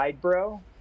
Bro